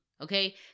Okay